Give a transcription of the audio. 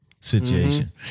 situation